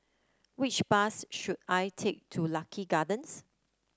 which bus should I take to Lucky Gardens